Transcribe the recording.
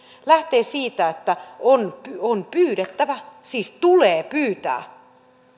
lähtee siitä että on on pyydettävä tulee pyytää